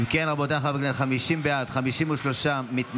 אם כן, רבותיי חברי הכנסת: 50 בעד, 53 מתנגדים.